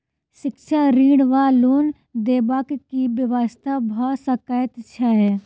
शिक्षा ऋण वा लोन देबाक की व्यवस्था भऽ सकै छै?